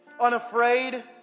Unafraid